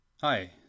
Hi